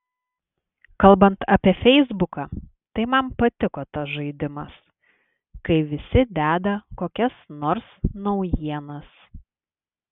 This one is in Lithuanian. kalbant apie feisbuką tai man patiko tas žaidimas kai visi deda kokias nors naujienas